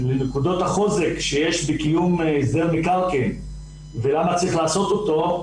לנקודות החוזק שיש בקיום הסדר מקרקעין ולמה צריך לעשות אותו,